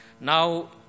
Now